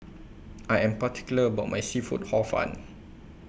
I Am particular about My Seafood Hor Fun